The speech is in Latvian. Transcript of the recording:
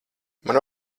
man